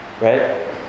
Right